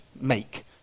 make